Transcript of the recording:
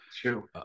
True